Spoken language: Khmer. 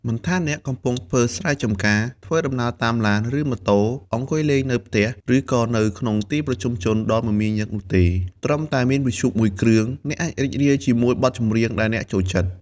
មិនថាអ្នកកំពុងធ្វើការងារស្រែចម្ការ ធ្វើដំណើរតាមឡាន ឬម៉ូតូ អង្គុយលេងនៅផ្ទះ ឬក៏នៅក្នុងទីប្រជុំជនដ៏មមាញឹកនោះទេ ត្រឹមតែមានវិទ្យុមួយគ្រឿង អ្នកអាចរីករាយជាមួយបទចម្រៀងដែលអ្នកចូលចិត្ត។